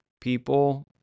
people